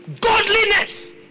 Godliness